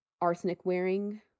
arsenic-wearing